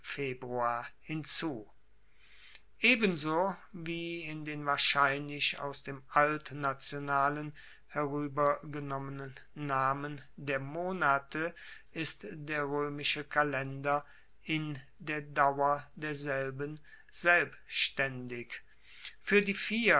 februar hinzu ebenso wie in den wahrscheinlich aus dem altnationalen heruebergenommenen namen der monate ist der roemische kalender in der dauer derselben selbstaendig fuer die vier